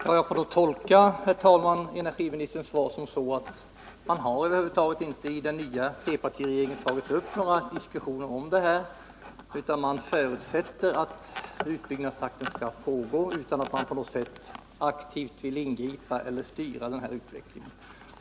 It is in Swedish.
Herr talman! Jag får då tolka energiministerns svar så, att man i den nya trepartitegeringen över huvud taget inte har tagit upp några diskussioner om den här frågan. Man förutsätter att utbyggnadstakten skall hållas utan att man på något sätt aktivt vill ingripa för att styra utvecklingen.